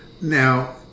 Now